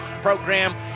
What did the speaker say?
Program